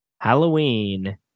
Halloween